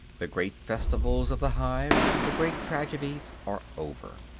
the great festivals of the hive, the great tragedies, are over.